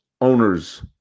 owners